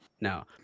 No